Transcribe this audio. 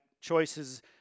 choices